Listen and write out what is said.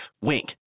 Wink